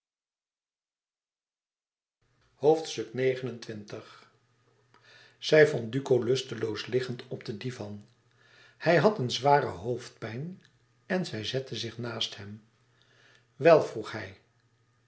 zij vond duco lusteloos liggend op den divan hij had een zware hoofdpijn en zij zette zich naast hem wel vroeg hij